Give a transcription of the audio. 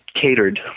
catered